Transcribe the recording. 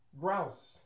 grouse